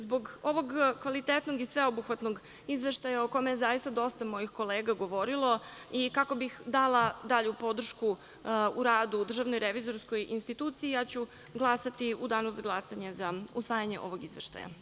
Zbog ovog kvalitetnog i sveobuhvatnog izveštaja, o kome je zaista dosta mojih kolega govorilo, i kako bih dala dalju podršku u radu Državnoj revizorskoj instituciji, ja ću glasati u danu za glasanje za usvajanje ovog izveštaja.